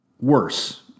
Worse